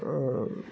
ओह